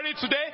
today